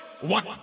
one